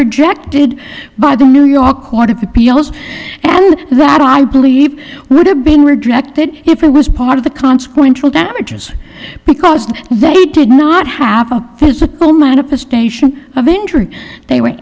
rejected by the new york court of appeals and that i believe would have been rejected if it was part of the consequential damages because they did not have a physical manifestation of injury they were